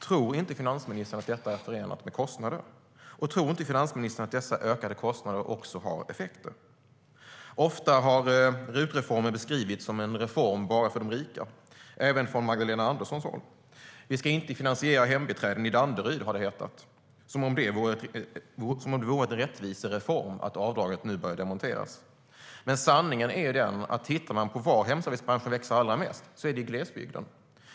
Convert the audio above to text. Tror inte finansministern att detta är förenat med kostnader? Och tror inte finansministern att de ökade kostnaderna får effekter? Ofta har RUT-reformen beskrivits som en reform bara för de rika, så även från Magdalena Anderssons håll. Vi ska inte finansiera hembiträden i Danderyd, har det hetat, som om det vore en rättvisereform att avdraget nu börjar demonteras. Sanningen är den att om vi tittar på var hemservicebranschen växer allra mest ser vi att det är i glesbygden.